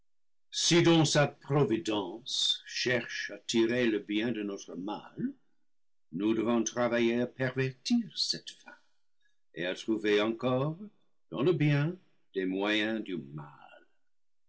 si donc sa providence cherche à tirer le bien de notre mal nous devons travailler à pervertir cette fin et à trouver encore dans le bien des moyens du mal